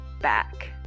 back